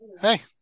hey